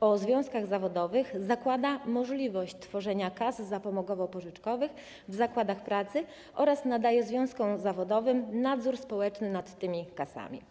o związkach zawodowych zakłada możliwość tworzenia kas zapomogowo-pożyczkowych w zakładach pracy oraz przyznaje związkom zawodowym nadzór społeczny nad tymi kasami.